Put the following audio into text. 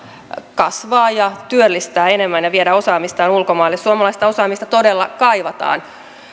kasvaa ja työllistää enemmän ja viedä osaamistaan ulkomaille suomalaista osaamista todella kaivataan